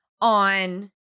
on